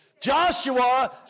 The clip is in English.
Joshua